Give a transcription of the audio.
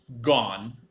gone